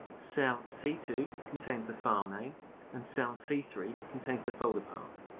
cell c two contains the file name and cell c three contains the folder path.